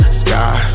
sky